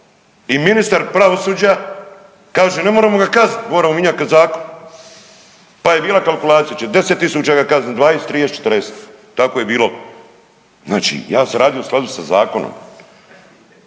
I ministar pravosuđa kaže ne moremo ga kaznit, moramo minjat zakon. Pa je bila kalkulacija oće 10.000 ga kaznit, 20, 30, 40 tako je bilo. Znači ja sam radio u skladu sa zakonom.